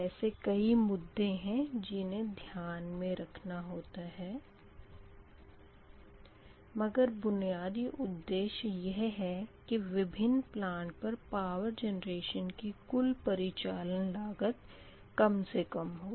तो ऐसे कई मुद्दे हैं जिन्हें ध्यान में रखना होता है मगर बुनियादी उद्देश्य यह है कि विभिन्न प्लांट पर पावर जनरेशन की कुल परिचालन लागत कम से कम हो